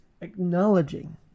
acknowledging